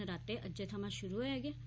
नराते अज्जै थमां शुरू होई गे न